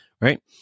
Right